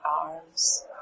arms